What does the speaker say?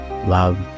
love